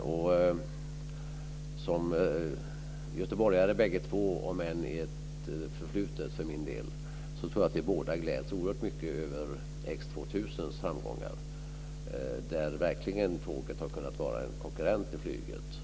Som göteborgare båda två, om än i ett förflutet för min del, tror jag att vi båda gläds oerhört mycket över X 2000:s framgångar där tåget verkligen har kunnat vara en konkurrent till flyget.